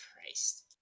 Christ